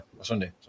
Sunday